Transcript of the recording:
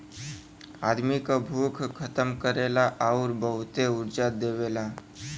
आदमी क भूख खतम करेला आउर बहुते ऊर्जा देवेला